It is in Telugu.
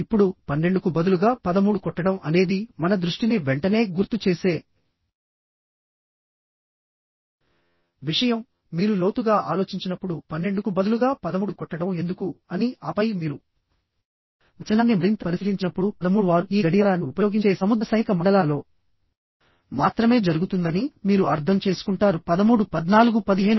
ఇప్పుడు పన్నెండుకు బదులుగా పదమూడు కొట్టడం అనేది మన దృష్టిని వెంటనే గుర్తుచేసే విషయం మీరు లోతుగా ఆలోచించినప్పుడు పన్నెండుకు బదులుగా పదమూడు కొట్టడం ఎందుకు అని ఆపై మీరు వచనాన్ని మరింత పరిశీలించినప్పుడు పదమూడు వారు ఈ గడియారాన్ని ఉపయోగించే సముద్ర సైనిక మండలాలలో మాత్రమే జరుగుతుందని మీరు అర్థం చేసుకుంటారు పదమూడు పద్నాలుగు పదిహేను